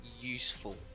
useful